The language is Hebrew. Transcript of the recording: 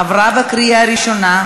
עברה בקריאה הראשונה,